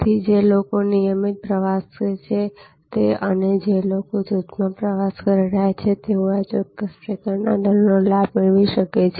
તેથી જે લોકો નિયમિત પ્રવાસી છે અને જે લોકો જૂથમાં મુસાફરી કરી રહ્યા છે તેઓને ચોક્કસ પ્રકારનો દરનો લાભ મળી શકે છે